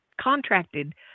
contracted